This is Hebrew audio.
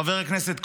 חבר הכנסת כהן?